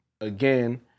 again